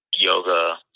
yoga